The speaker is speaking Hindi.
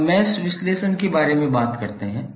अब मैश विश्लेषण के बारे में बात करते हैं